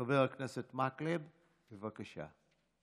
חבר הכנסת מקלב, בבקשה.